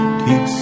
keep